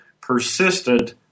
persistent